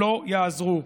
לא יעזרו.